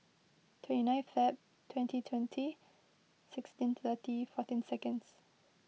twenty nine Feb twenty twenty sixteen thirty fourteen seconds